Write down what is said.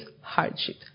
hardship